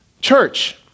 Church